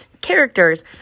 characters